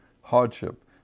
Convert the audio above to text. hardship